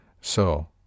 So